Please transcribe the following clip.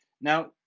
Now